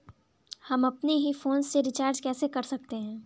हम अपने ही फोन से रिचार्ज कैसे कर सकते हैं?